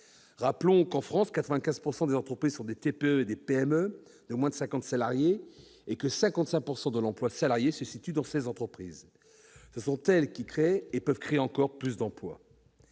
Rappelons que, en France, 95 % des entreprises sont des TPE et des PME de moins de cinquante salariés, et que 55 % de l'emploi salarié se situe dans ces entreprises. Ce sont elles qui créent des emplois et peuvent en créer plus encore.